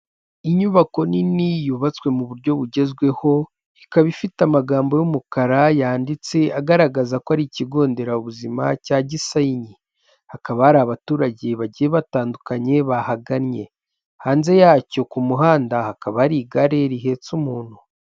Inyubako nini yubatswe mu buryo bugezweho ikaba ifite amagambo y'umukara yanditse, agaragaza ko ari ikigo nderabuzima cya Gisenyi. Hakaba hari abaturage bagiye batandukanye bahagannye, hanze yacyo ku muhanda hakaba hari igare rihetse umuntu.